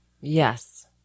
Yes